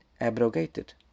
abrogated